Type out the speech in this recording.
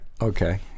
Okay